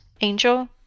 Angel